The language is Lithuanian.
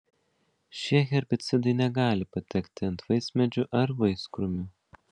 šie herbicidai negali patekti ant vaismedžių ar vaiskrūmių